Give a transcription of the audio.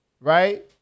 right